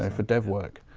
ah for dev work,